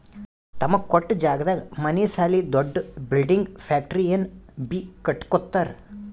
ತಮಗ ಕೊಟ್ಟ್ ಜಾಗದಾಗ್ ಮನಿ ಸಾಲಿ ದೊಡ್ದು ಬಿಲ್ಡಿಂಗ್ ಫ್ಯಾಕ್ಟರಿ ಏನ್ ಬೀ ಕಟ್ಟಕೊತ್ತರ್